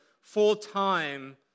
full-time